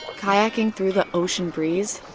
kayaking through the ocean breeze.